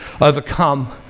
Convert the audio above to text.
overcome